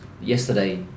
yesterday